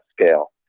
scale